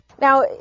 Now